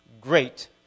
great